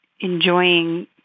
enjoying